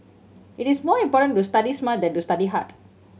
it is more important to study smart than to study hard